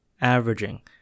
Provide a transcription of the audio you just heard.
averaging